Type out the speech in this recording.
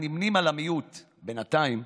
הנמנים עם המיעוט בינתיים,